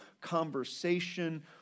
conversation